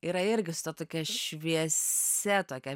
yra irgi su ta tokia šviesia tokia